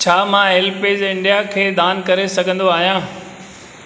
छा मां HelpAge India खे दानु करे सघंदो आहियां